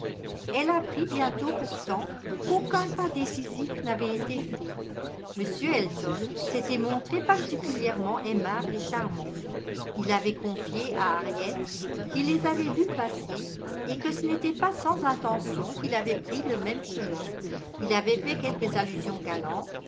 elle apprit bientôt pourtant qu'aucun pas décisif n'avait été fait m elton s'était montré particulièrement aimable et charmant il avait confié à harriet qu'il les avait vues passer et que ce n'était pas sans intention qu'il avait pris le même chemin il avait fait quelques allusions galantes